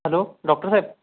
hello डॉक्टरसाहेब